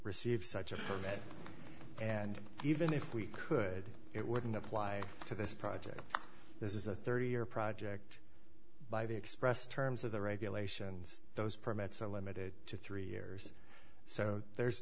received such a permit and even if we could it wouldn't apply to this project this is a thirty year project by the expressed terms of the regulations those permits are limited to three years so there's